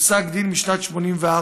בפסק דין משנת 1984